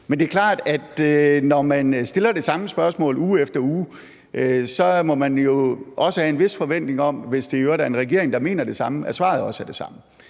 Men det er klart, at når man stiller det samme spørgsmål uge efter uge, så må man jo have en vis forventning om – hvis det i øvrigt er en regering, der mener det samme – at svaret også er det samme.